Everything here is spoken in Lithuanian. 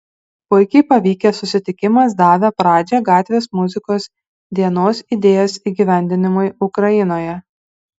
puikiai pavykęs susitikimas davė pradžią gatvės muzikos dienos idėjos įgyvendinimui ukrainoje